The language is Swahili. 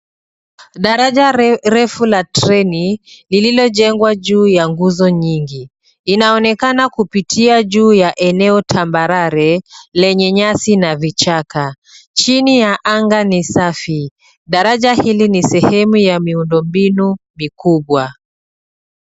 Daraja refu la treni lililojengwa juu ya nguzo nyingi, inaonekana kupitia juu ya eneo tambarare lenye nyasi na vichaka chini ya anga ni safi. Daraja hili ni sehemu ya miundo mbinu mikubwa.